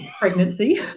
pregnancy